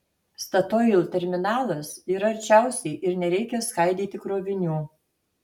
statoil terminalas yra arčiausiai ir nereikia skaidyti krovinių